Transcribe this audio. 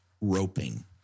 roping